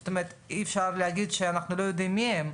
זאת אומרת אי אפשר להגיד שאנחנו לא יודעים מי הם,